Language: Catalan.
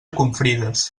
confrides